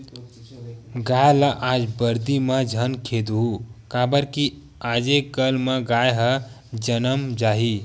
गाय ल आज बरदी म झन खेदहूँ काबर कि आजे कल म गाय ह जनम जाही